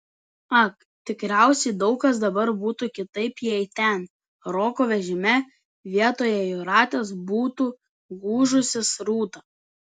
ak tikriausiai daug kas dabar būtų kitaip jei ten roko vežime vietoje jūratės būtų gūžusis rūta